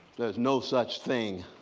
there's no such thing